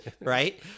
right